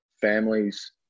families